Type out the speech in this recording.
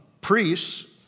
priests